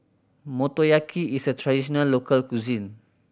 motoyaki is a traditional local cuisine